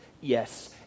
Yes